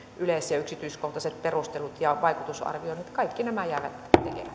yleis ja yksityiskohtaiset perustelut ja vaikutusarvioinnit jäivät